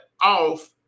off